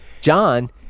John